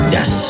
Yes